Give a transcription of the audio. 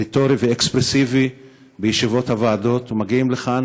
רטורי ואקספרסיבי בישיבות הוועדות ומגיעים לכאן